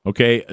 Okay